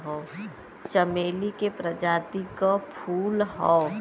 चमेली के प्रजाति क फूल हौ